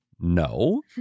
No